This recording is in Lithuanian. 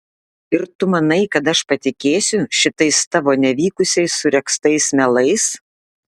ir tu manai kad aš patikėsiu šitais tavo nevykusiai suregztais melais